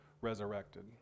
resurrected